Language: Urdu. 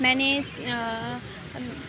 میں نے